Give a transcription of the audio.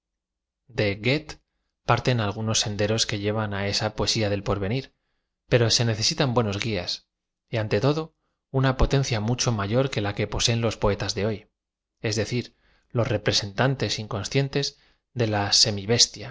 goethe parten algunos senderos que llevan á esta poesía del porvenir pero ae necesitan buenos gulas y ante todo una potencia mucho m ayor que la que poseen los poetas de hoy es decir los representantes inconscientes de la